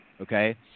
okay